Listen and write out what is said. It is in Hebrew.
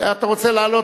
אתה רוצה לעלות,